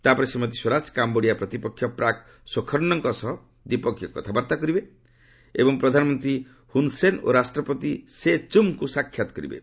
ତାପରେ ଶ୍ରୀମତୀ ସ୍ୱରାଜ କାମ୍ଘୋଡ଼ିଆ ପ୍ରତିପକ୍ଷ ପ୍ରାକ୍ ସୋଖର୍ଣ୍ଣଙ୍କ ସହ ଦ୍ୱିପକ୍ଷିୟ କଥାବାର୍ତ୍ତା କରିବେ ଏବଂ ପ୍ରଧାନମନ୍ତ୍ରୀ ହୁନ୍ସେନ୍ ଓ ରାଷ୍ଟ୍ରପତି ସେ ଚୁମ୍ଙ୍କୁ ସାକ୍ଷାତ କରିବେ